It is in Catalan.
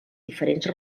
diferents